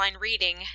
reading